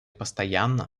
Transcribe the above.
постоянно